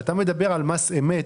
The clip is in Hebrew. אתה מדבר על מס אמת.